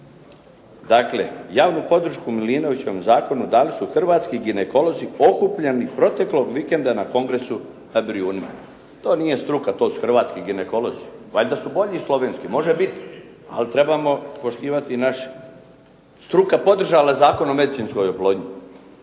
Dakle, javnu podršku Milinovićevom zakonu dali su hrvatski ginekolozi okupljeni proteklog vikenda na kongresu na Brijunima. To nije struka, to su hrvatski ginekolozi. Valjda su bolji slovenski. Može biti, ali trebamo poštivati i naše. Struka podržala Zakon o medicinskoj oplodnji.